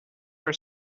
for